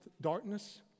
darkness